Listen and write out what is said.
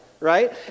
right